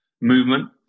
movement